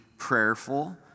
prayerful